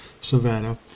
Savannah